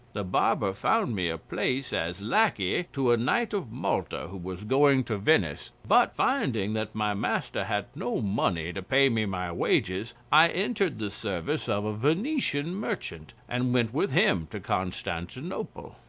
the barber found me a place as lackey to a knight of malta who was going to venice, but finding that my master had no money to pay me my wages i entered the service of a venetian merchant, and went with him to constantinople.